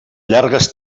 llargues